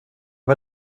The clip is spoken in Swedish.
var